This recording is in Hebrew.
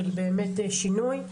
של באמת שינוי,